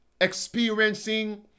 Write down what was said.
experiencing